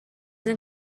این